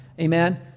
Amen